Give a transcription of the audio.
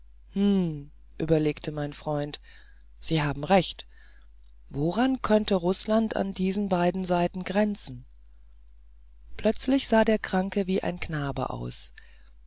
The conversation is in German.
überlegte mein freund sie haben recht woran könnte rußland an diesen beiden seiten grenzen plötzlich sah der kranke wie ein knabe aus